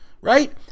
right